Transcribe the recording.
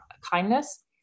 kindness